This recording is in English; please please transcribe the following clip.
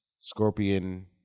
Scorpion